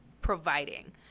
providing